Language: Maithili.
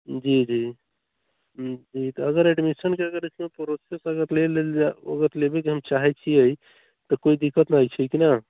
जी जी जी तऽ अगर एडमिशनके अगर अथीमे प्रोसेस अगर लऽ लेल जाइ ओ अगर लेबैके हम चाहै छिए तऽ कोइ दिक्कत नहि छै कि ने